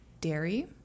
dairy